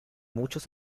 muchos